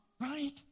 right